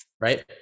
right